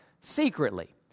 secretly